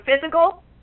physical